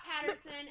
Patterson